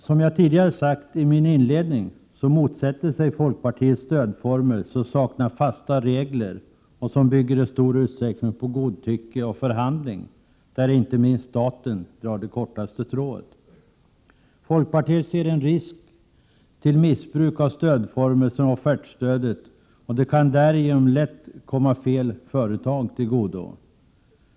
Som jag sagt i min inledning, motsätter sig folkpartiet stödformer som saknar fasta regler och som i stor utsträckning bygger på godtycke och förhandling, där inte sällan staten drar det kortaste strået. Folkpartiet ser en risk för missbruk av stödformer som offertstödet. De kan därigenom lätt komma fel företag till godo.